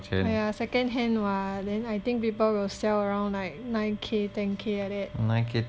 !aiya! secondhand [what] then I think people will sell around like nine K ten K like that